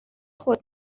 خود